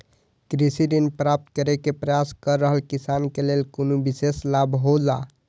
कृषि ऋण प्राप्त करे के प्रयास कर रहल किसान के लेल कुनु विशेष लाभ हौला?